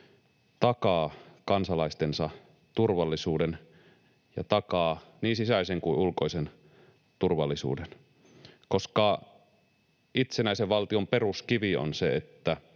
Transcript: takaa kansalaistensa turvallisuuden ja takaa niin sisäisen kuin ulkoisen turvallisuuden, koska itsenäisen valtion peruskivi on se, että